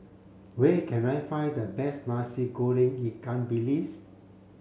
where can I find the best Nasi Goreng Ikan Bilis